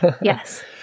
Yes